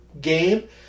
game